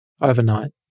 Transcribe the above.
overnight